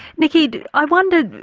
nikki i wonder,